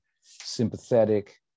sympathetic